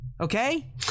Okay